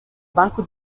banco